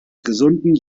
gesunden